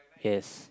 yes